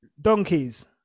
donkeys